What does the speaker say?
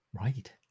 Right